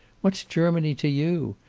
what's germany to you?